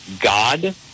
God